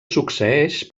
succeeix